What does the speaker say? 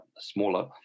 smaller